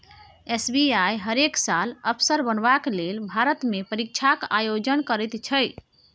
SBI हरेक साल अफसर बनबाक लेल भारतमे परीक्षाक आयोजन करैत छै